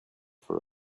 for